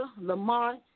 Lamar